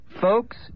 Folks